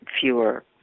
fewer